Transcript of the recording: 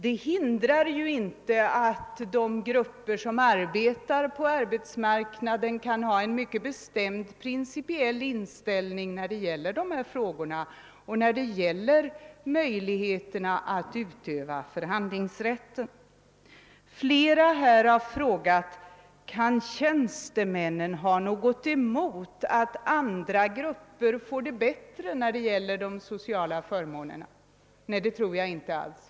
Det hindrar emellertid inte att grupperna på arbetsmarknaden har en mycket bestämd principiell inställning till denna fråga och till möjligheterna att utöva förhandlingsrätten. Många har frågat, om tjänstemännen kan ha någonting emot att andra grupper får bättre sociala förmåner. Nej, det tror jag inte alls.